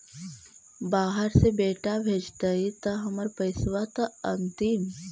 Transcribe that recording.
बाहर से बेटा भेजतय त हमर पैसाबा त अंतिम?